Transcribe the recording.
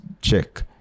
check